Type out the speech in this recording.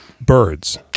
birds